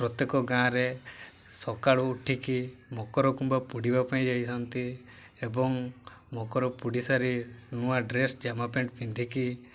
ପ୍ରତ୍ୟେକ ଗାଁରେ ସକାଳୁ ଉଠିକି ମକର କୁମ୍ବା ପୁଡ଼ିବା ପାଇଁ ଯାଇଥାନ୍ତି ଏବଂ ମକର ପୋଡ଼ି ସାରି ନୂଆ ଡ୍ରେସ୍ ଜାମା ପେଣ୍ଟ ପିନ୍ଧିକି